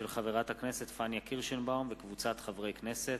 של חברת הכנסת פניה קירשנבאום וקבוצת חברי הכנסת,